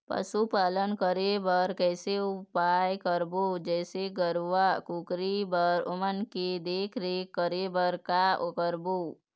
पशुपालन करें बर कैसे उपाय करबो, जैसे गरवा, कुकरी बर ओमन के देख देख रेख करें बर का करबो?